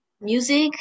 music